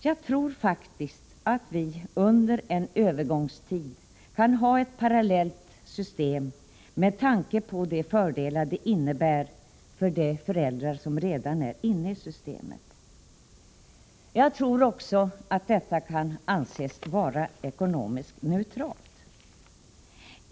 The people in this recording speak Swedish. Jag tror faktiskt att vi under en övergångstid kan ha ett parallellt system med tanke på de fördelar det innebär för de föräldrar som redan är inne i systemet. Jag tror också att detta kan anses vara ekonomiskt neutralt.